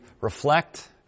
reflect